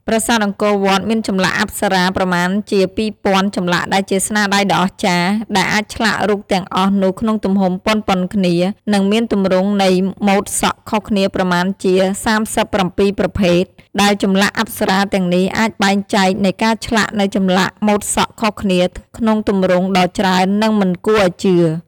ប្រាសាទអង្គរវត្ត មានចម្លាក់អប្សរាប្រមាណជា ២,០០០ ចម្លាក់ដែលជាស្នាដៃដ៏អស្ចារ្យ ដែលអាចឆ្លាក់រូបទាំងអស់នោះក្នុងទំហំប៉ុនៗគ្នា និងមានទម្រង់នៃមូដសក់ខុសគ្នាប្រមាណជា ៣៧ ប្រភេទ ដែលចម្លាក់អប្សារាទាំងនេះអាចបែងចែកនៃការឆ្លាក់នូវចម្លាក់មូដសក់ខុសគ្នាក្នុងទម្រង់ដ៏ច្រើននិងមិនគួរឱ្យជឿ ។